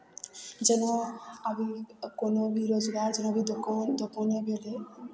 जेना आब ई कोनो भी रोजगार जेनाकि दोकान दोकाने भेलै